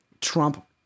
Trump